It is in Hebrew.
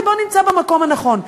לבו נמצא במקום הנכון.